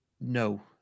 No